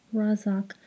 razak